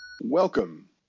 Welcome